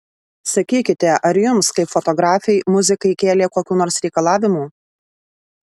sakykite ar jums kaip fotografei muzikai kėlė kokių nors reikalavimų